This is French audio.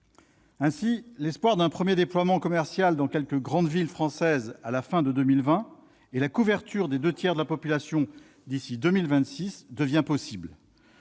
Ainsi, l'espoir d'un premier déploiement commercial dans quelques grandes villes françaises à la fin de 2020 et la couverture des deux tiers de la population d'ici à 2026 deviennent possibles.